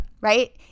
Right